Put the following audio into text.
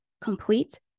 complete